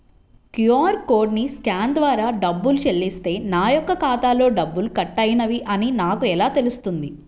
QR కోడ్ని scan ద్వారా డబ్బులు చెల్లిస్తే నా యొక్క ఖాతాలో డబ్బులు కట్ అయినవి అని నాకు ఎలా తెలుస్తుంది?